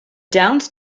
downs